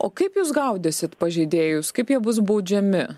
o kaip jūs gaudysit pažeidėjus kaip jie bus baudžiami